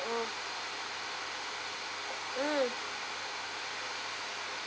oh mm